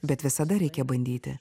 bet visada reikia bandyti